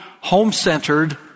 home-centered